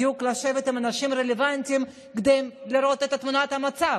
בדיוק לשבת עם האנשים הרלוונטיים כדי לראות את תמונת המצב.